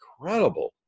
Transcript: incredible